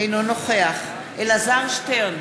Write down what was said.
אינו נוכח אלעזר שטרן,